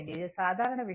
ఇది సాధారణ విషయం